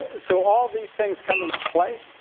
so all these things come into play.